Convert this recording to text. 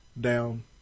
down